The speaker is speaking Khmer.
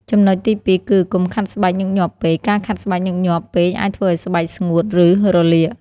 ចំណុចទីពីរគឺ កុំខាត់ស្បែកញឹកញាប់ពេក ការខាត់ស្បែកញឹកញាប់ពេកអាចធ្វើឱ្យស្បែកស្ងួត ឬរលាក។